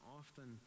often